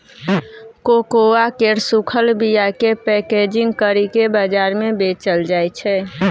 cocoa केर सूखल बीयाकेँ पैकेजिंग करि केँ बजार मे बेचल जाइ छै